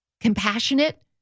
compassionate